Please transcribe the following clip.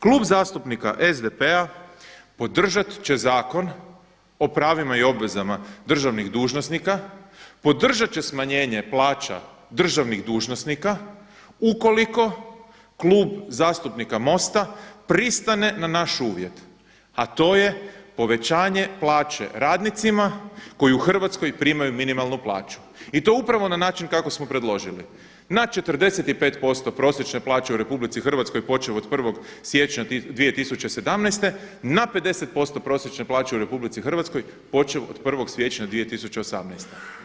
Klub zastupnika SDP-a podržati će Zakon o pravima i obvezama državnih dužnosnika, podržati će smanjenje plaća državnih dužnosnika ukoliko Klub zastupnika MOST-a pristane na naš uvjet a to je povećanje plaće radnicima koji u Hrvatskoj primaju minimalnu plaću i to upravo na način kako smo predložili, na 45% prosječne plaće u RH počev od 1. siječnja 2017. na 50% prosječne plaće u RH počev od 1. siječnja 2018.